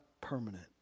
permanent